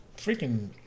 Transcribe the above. freaking